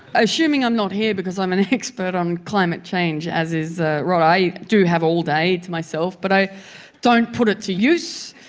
assuming i'm not here because i'm an expert on climate change, as is ah rod, i do have all day to myself, but i don't put it to use.